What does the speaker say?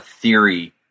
theory